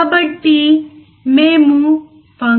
కాబట్టి ఇప్పుడు మనము 1